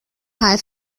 karl